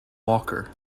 walker